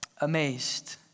amazed